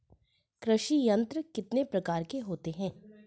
कृषि यंत्र कितने प्रकार के होते हैं?